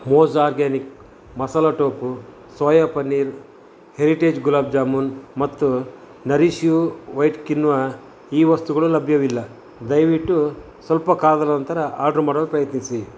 ಮೋಜ್ organic ಮಸಾಲೆ tofu soya paneer Heritage gulab jamun ಮತ್ತು Nourish You white quinoa ಈ ವಸ್ತುಗಳು ಲಭ್ಯವಿಲ್ಲ ದಯವಿಟ್ಟು ಸ್ವಲ್ಪ ಕಾಲದ ನಂತರ ಆಡ್ರು ಮಾಡಲು ಪ್ರಯತ್ನಿಸಿ